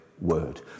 word